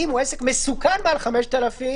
אם הוא עסק מסוכן מעל חמישה עובדים,